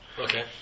Okay